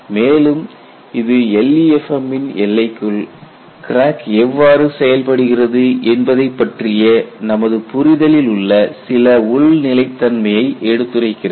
மேலும் இது LEFM இன் எல்லைக்குள் கிராக் எவ்வாறு செயல்படுகிறது என்பதைப் பற்றிய நமது புரிதலில் உள்ள சில உள் நிலைத்தன்மையை எடுத்துரைக்கிறது